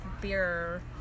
beer